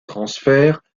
transfert